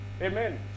Amen